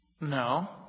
No